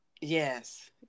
Yes